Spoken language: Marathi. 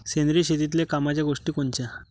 सेंद्रिय शेतीतले कामाच्या गोष्टी कोनच्या?